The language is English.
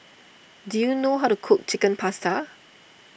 do you know how to cook Chicken Pasta